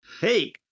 Hey